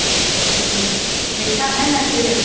अच्छा तो मीठा है ना सेब